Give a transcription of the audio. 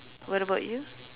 what about you